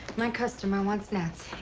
my customer wants natts,